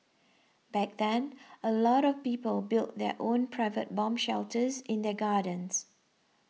back then a lot of people built their own private bomb shelters in their gardens